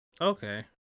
Okay